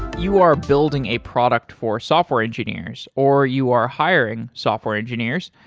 you are building a product for software engineers or you are hiring software engineers,